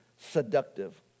seductive